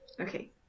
Okay